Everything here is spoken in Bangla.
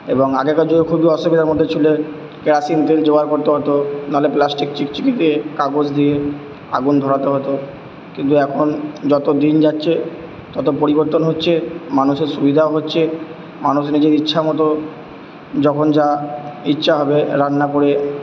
এবং আগেকার যুগের খুবই অসুবিধার মধ্যে ছিলো কেরোসিন তেল জোগাড় করতে হতো নাহলে প্লাস্টিক চিকচিকি দিয়ে কাগজ দিয়ে আগুন ধরাতে হতো কিন্তু এখন যতো দিন যাচ্ছে ততো পরিবর্তন হচ্ছে মানুষের সুবিধাও হচ্ছে মানুষ নিজের ইচ্ছামতো যখন যা ইচ্ছা হবে রান্না করে